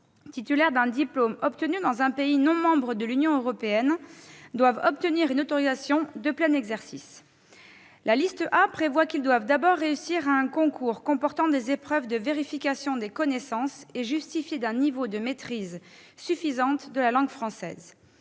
titulaires d'un diplôme obtenu dans un pays non membre de l'Union européenne doivent obtenir une autorisation de plein exercice. La liste A prévoit qu'ils doivent d'abord réussir un concours comportant des épreuves de vérification des connaissances et justifier d'un niveau de maîtrise suffisante de la langue française.